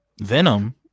Venom